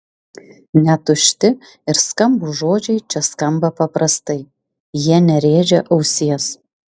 net tušti ir skambūs žodžiai čia skamba paprastai jie nerėžia ausies